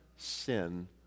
Sin